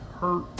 hurt